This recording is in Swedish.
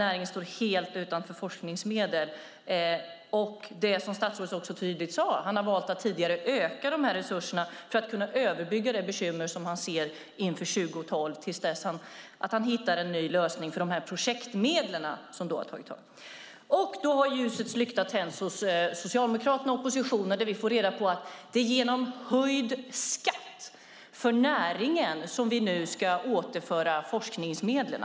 Näringen står alltså inte helt utan forskningsmedel. Som statsrådet sade har han tidigare valt att öka resurserna för att kunna överbrygga det bekymmer som han ser inför 2012 tills han hittar en ny lösning för projektmedlen. Ljusets lykta har tänts hos Socialdemokraterna och oppositionen, och vi får reda på att det är genom höjd skatt för näringen som vi nu ska återföra forskningsmedlen.